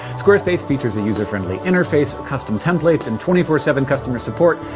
squarespace features a user-friendly interface, costume templates and twenty four seven customer support.